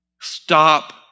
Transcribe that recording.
stop